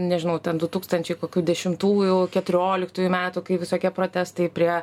nežinau ten du tūkstančiai kokių dešimtųjų deturioliktųjų metų kai visokie protestai prie